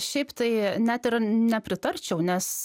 šiaip tai net ir nepritarčiau nes